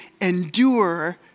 endure